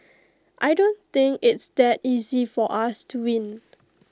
I don't think it's that easy for us to win